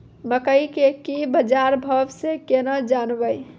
मकई के की बाजार भाव से केना जानवे?